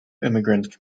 immigrant